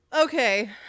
Okay